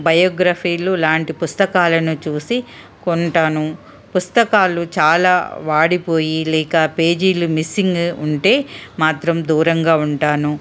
బయోగ్రఫీలు లాంటి పుస్తకాలను చూసి కొంటాను పుస్తకాలు చాలా వాడిపోయి లేక పేజీలు మిస్సింగ్ ఉంటే మాత్రం దూరంగా ఉంటాను